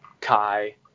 Kai